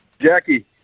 Jackie